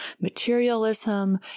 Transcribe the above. materialism